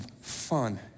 fun